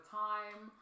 time